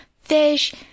fish